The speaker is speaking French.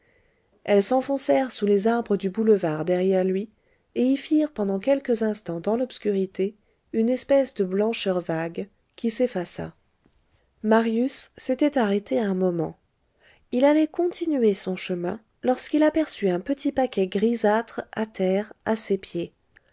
elles s'enfoncèrent sous les arbres du boulevard derrière lui et y firent pendant quelques instants dans l'obscurité une espèce de blancheur vague qui s'effaça marius s'était arrêté un moment il allait continuer son chemin lorsqu'il aperçut un petit paquet grisâtre à terre à ses pieds